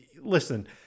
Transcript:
listen